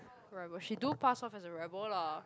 rebel she do pass on as a rebel lah